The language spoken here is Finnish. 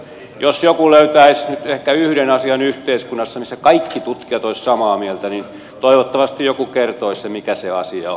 jos joku löytäisi nyt ehkä yhden asian yhteiskunnassa missä kaikki tutkijat olisivat samaa mieltä niin toivottavasti joku kertoisi mikä se asia on